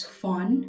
fun